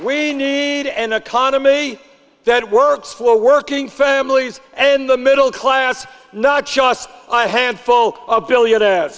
we need an economy that works for working families and the middle class not just i hand folks a billionaire